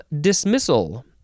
dismissal